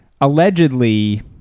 allegedly